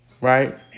Right